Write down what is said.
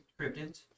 cryptids